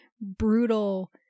brutal